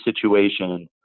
situation